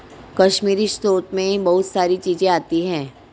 कश्मीरी स्रोत मैं बहुत सारी चीजें आती है